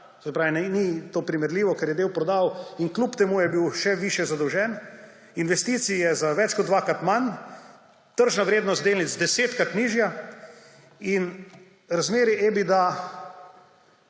se pravi, ni to primerljivo, ker je del prodal in kljub temu je bil še višje zadolžen. Investicij je za več kot dvakrat manj, tržna vrednost delnic desetkrat nižja in razmerje